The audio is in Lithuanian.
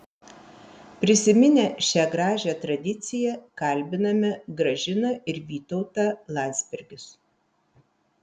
prisiminę šią gražią tradiciją kalbiname gražiną ir vytautą landsbergius